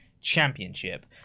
championship